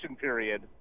period